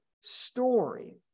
story